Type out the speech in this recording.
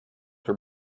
were